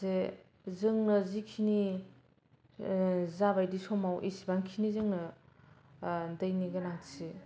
जे जोंनो जिखिनि जा बायदि समाव एसेबांखिनि जोंनो दैनि गोनांथि